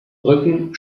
rücken